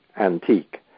antique